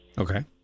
Okay